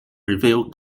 review